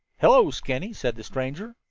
hello, skinny, said the stranger.